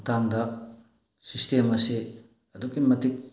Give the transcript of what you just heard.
ꯃꯇꯥꯡꯗ ꯁꯤꯁꯇꯦꯝ ꯑꯁꯤ ꯑꯗꯨꯛꯀꯤ ꯃꯇꯤꯛ